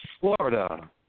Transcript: Florida